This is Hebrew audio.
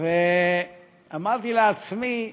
ואמרתי לעצמי,